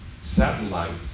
satellites